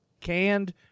canned